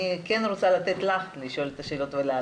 אני רוצה לתת לה כדי שתעלה אותן.